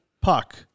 Puck